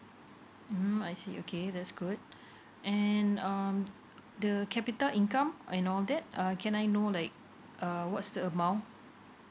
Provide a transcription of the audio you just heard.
mm I see okay that's good and um the capita income I know that err can I know like uh what's the amount